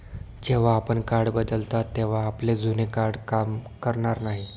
जेव्हा आपण कार्ड बदलता तेव्हा आपले जुने कार्ड काम करणार नाही